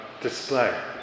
Display